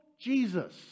Jesus